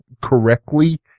correctly